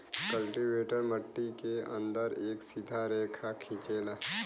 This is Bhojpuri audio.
कल्टीवेटर मट्टी के अंदर एक सीधा रेखा खिंचेला